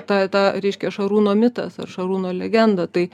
ta ta reiškia šarūno mitas ar šarūno legenda tai